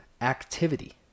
activity